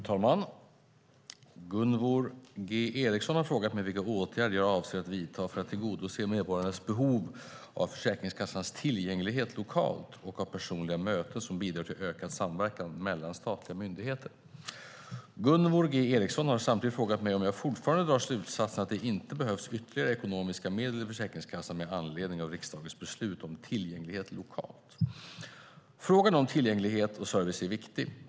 Fru talman! Gunvor G Ericson har frågat mig vilka åtgärder jag avser att vidta för att tillgodose medborgarnas behov av Försäkringskassans tillgänglighet lokalt och av personliga möten som bidrar till ökad samverkan mellan statliga myndigheter. Gunvor G Ericson har samtidigt frågat mig om jag fortfarande drar slutsatsen att det inte behövs ytterligare ekonomiska medel till Försäkringskassan med anledning av riksdagens beslut om tillgänglighet lokalt. Frågan om tillgänglighet och service är viktig.